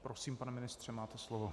Prosím, pane ministře, máte slovo.